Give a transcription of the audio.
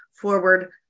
forward